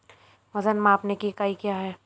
वजन मापने की इकाई क्या है?